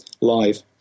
live